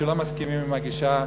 שלא מסכימים עם הגישה,